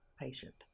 patient